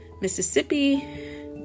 Mississippi